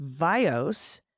Vios